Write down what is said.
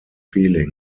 feeling